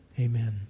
Amen